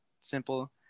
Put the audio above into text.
Simple